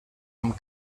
amb